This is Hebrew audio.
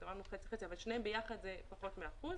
שניהם ביחד זה פחות מאחוז,